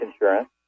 insurance